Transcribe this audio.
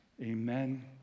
Amen